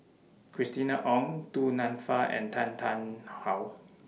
Christina Ong Du Nanfa and Tan Tarn How